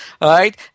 Right